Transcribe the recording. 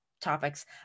topics